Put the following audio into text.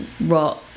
rock